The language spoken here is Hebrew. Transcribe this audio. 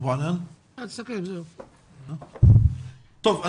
טוב,